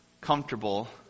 comfortable